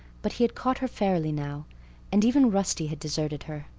but he had caught her fairly now and even rusty had deserted her.